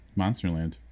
Monsterland